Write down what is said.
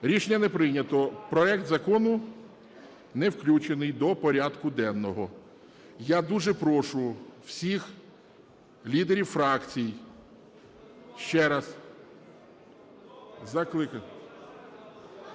Рішення не прийнято. Проект закону не включений до порядку денного. Я дуже прошу всіх лідерів фракцій ще раз закликати…